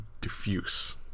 diffuse